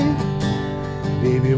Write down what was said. Baby